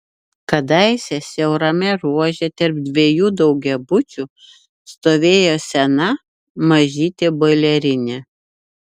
kadaise siaurame ruože tarp dviejų daugiabučių stovėjo sena mažytė boilerinė